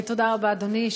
תודה רבה, אדוני.